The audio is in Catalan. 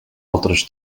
altres